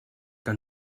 que